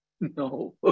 No